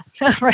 right